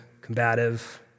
combative